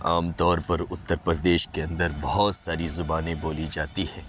عام طور پر اتّر پردیش کے اندر بہت ساری زبانیں بولی جاتی ہیں